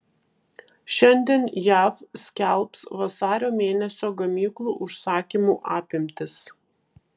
šiandien jav skelbs vasario mėnesio gamyklų užsakymų apimtis